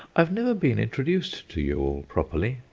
i've never been introduced to you all properly.